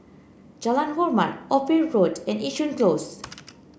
Jalan Hormat Ophir Road and Yishun Close